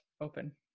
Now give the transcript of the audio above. open